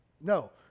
no